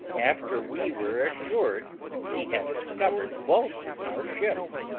after we were assured he had discovered both our ships.